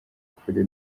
ukuri